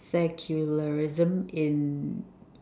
secularism in